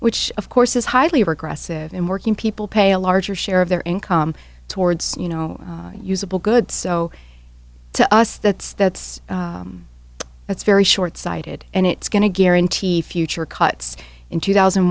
which of course is highly regressive and working people pay a larger share of their income towards you know usable goods so to us that's that's that's very shortsighted and it's going to guarantee future cuts in two thousand